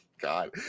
God